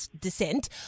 descent